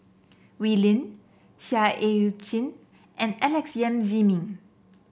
Wee Lin Seah Eu Chin and Alex Yam Ziming